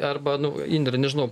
arba nu indre nežinau